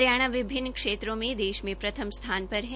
हरियाणा विभिन्न क्षेत्रों में देश में प्रथम स्थान पर है